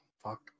Fuck